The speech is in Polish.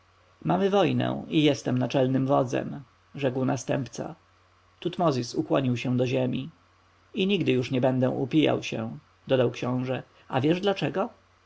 mamy wojnę i jestem naczelnym wodzem rzekł następca tutmozis ukłonił się do ziemi i nigdy już nie będę upijał się dodał książę a wiesz dlaczego